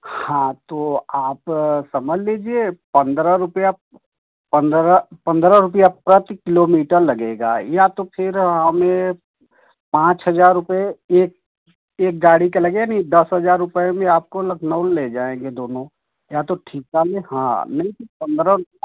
हाँ तो आप समझ लीजिए पंद्रह पंद्रह पंद्रह रुपया प्रति किलोमीटर लगेगा या तो फिर ये पाँच हज़ार रुपये एक एक गाड़ी का लगे नी दस हज़ार रुपए में आपको लखनऊ ले जाएँगें दोनों या तो ठीक हाँ नहीं तो पंद्रह रूपया